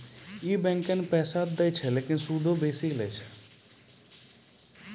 इ बैंकें पैसा त दै छै लेकिन सूदो बेसी लै छै